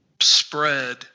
spread